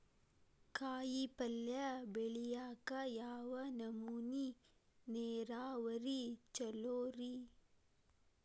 ಕಾಯಿಪಲ್ಯ ಬೆಳಿಯಾಕ ಯಾವ ನಮೂನಿ ನೇರಾವರಿ ಛಲೋ ರಿ?